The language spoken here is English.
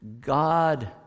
God